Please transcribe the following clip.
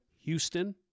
Houston